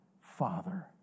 father